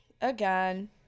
Again